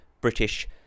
British